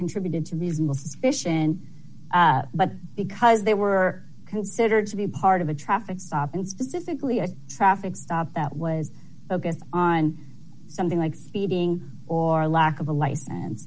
contributed to be reasonable suspicion but because they were considered to be part of a traffic stop and specifically a traffic stop that was focused on something like speeding or lack of a license